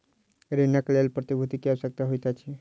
ऋणक लेल प्रतिभूति के आवश्यकता होइत अछि